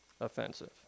offensive